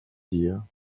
dire